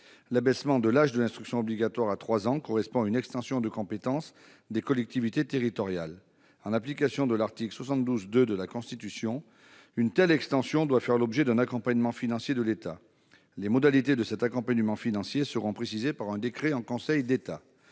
L'abaissement de l'âge de l'instruction obligatoire à 3 ans correspond à une extension de compétences des collectivités territoriales. En application de l'article 72-2 de la Constitution, une telle extension doit faire l'objet d'un accompagnement financier de l'État. Les modalités de celui-ci seront précisées par un décret en Conseil d'État.